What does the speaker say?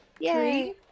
Yay